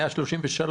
היה 33,